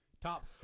Top